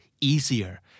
easier